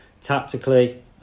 tactically